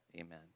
Amen